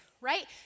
Right